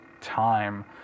time